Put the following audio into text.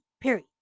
Period